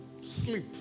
Sleep